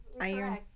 iron